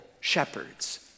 shepherds